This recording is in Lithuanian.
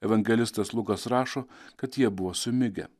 evangelistas lukas rašo kad jie buvo sumigę